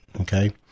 Okay